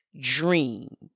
dream